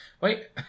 Wait